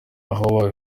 aho